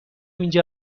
اینجا